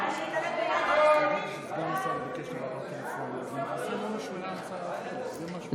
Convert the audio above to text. ההצעה להעביר את הצעת חוק לתיקון פקודת מס הכנסה (מס' 239),